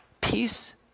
peace